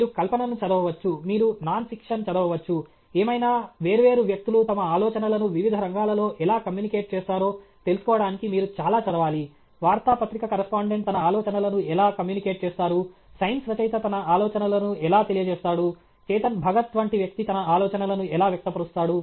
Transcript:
మీరు కల్పనను చదవవచ్చు మీరు నాన్ ఫిక్షన్ చదవవచ్చు ఏమైనా వేర్వేరు వ్యక్తులు తమ ఆలోచనలను వివిధ రంగాలలో ఎలా కమ్యూనికేట్ చేస్తారో తెలుసుకోవడానికి మీరు చాలా చదవాలి వార్తాపత్రిక కరస్పాండెంట్ తన ఆలోచనలను ఎలా కమ్యూనికేట్ చేస్తారు సైన్స్ రచయిత తన ఆలోచనలను ఎలా తెలియ చేస్తాడు చేతన్ భగత్ వంటి వ్యక్తి తన ఆలోచనలను ఎలా వ్యక్తపరుస్తాడు